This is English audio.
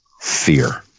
fear